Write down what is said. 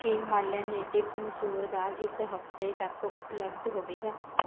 ਕੀ Himalaya natives ਮਸੂਰ ਦਾਲ ਇਸ ਹਫ਼ਤੇ ਤੱਕ ਉਪਲਬਧ ਹੋਵੇਗਾ